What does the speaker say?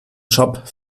job